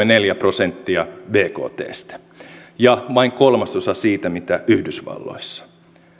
neljä prosenttia bktstä ja vain kolmasosa siitä mitä yhdysvalloissa